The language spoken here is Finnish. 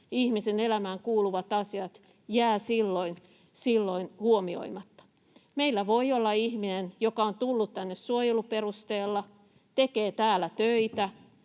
ihmisen elämään kuuluvat asiat jäävät silloin huomioimatta. Meillä voi olla ihminen, joka on tullut tänne suojeluperusteella, tekee täällä töitä,